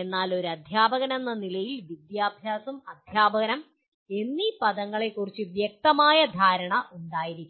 എന്നാൽ ഒരു അദ്ധ്യാപകനെന്ന നിലയിൽ "വിദ്യാഭ്യാസം" "അദ്ധ്യാപനം" എന്നീ പദങ്ങളെക്കുറിച്ച് വ്യക്തമായ ധാരണ ഉണ്ടായിരിക്കണം